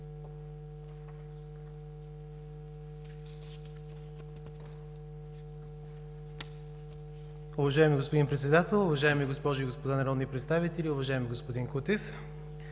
Уважаеми господин Председател, уважаеми госпожи и господа народни представители! Уважаеми господин Кутев,